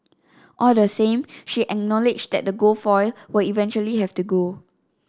all the same she acknowledged that the gold foil will eventually have to go